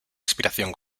inspiración